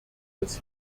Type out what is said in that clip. des